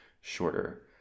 shorter